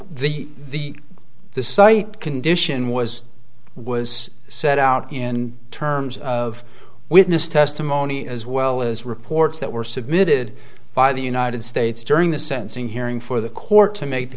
the the the site condition was was set out in terms of witness testimony as well as reports that were submitted by the united states during the sentencing hearing for the court to make the